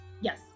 Yes